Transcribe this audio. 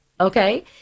Okay